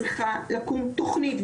צריכה לקום תוכנית,